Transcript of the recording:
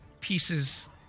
pieces